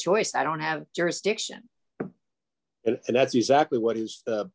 choice i don't have jurisdiction and that's exactly what is